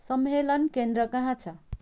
सम्मेलन केन्द्र कहाँ छ